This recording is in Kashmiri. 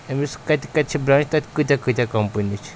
أمِس کَتہِ کَتہِ چھِ برٛانٛچ تَتہِ کۭتیٛاہ کۭتیٛاہ کَمپٔنی چھِ